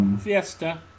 Fiesta